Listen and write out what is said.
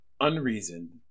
unreasoned